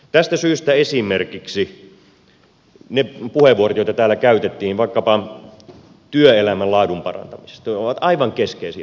tästä syystä esimerkiksi ne puheenvuorot joita täällä käytettiin vaikkapa työelämän laadun parantamisesta ovat aivan keskeisiä asioita